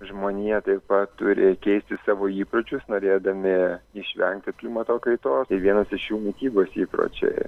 žmonija taip pat turi keisti savo įpročius norėdami išvengti klimato kaitos tai vienas iš jų mitybos įpročiai